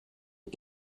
nhw